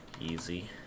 Easy